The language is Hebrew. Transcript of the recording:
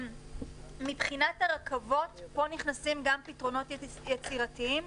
מבחינת הרכבות פה נכנסים גם פתרונות יצירתיים.